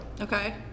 Okay